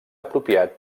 apropiat